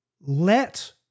let